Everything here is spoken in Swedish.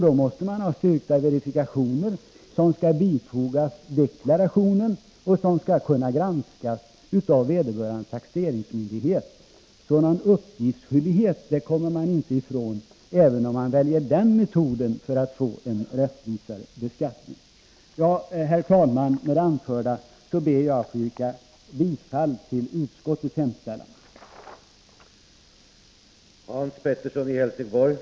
Då måste man alltså ha styrkta verifikationer, som skall bifogas deklarationen och som skall kunna granskas av vederbörande taxeringsmyndighet. Sådan uppgiftsskyldighet kommer man inte ifrån, även om man väljer den metoden för att få en rättvisare beskattning. Herr talman! Med det anförda ber jag att få yrka bifall till utskottets hemställan.